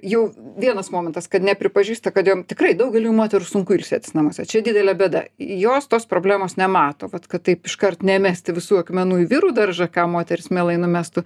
jau vienas momentas kad nepripažįsta kad jom tikrai daugeliui moterų sunku ilsėtis namuose čia didelė bėda jos tos problemos nemato vat kad taip iškart nemesti visų akmenų į vyrų daržą ką moterys mielai numestų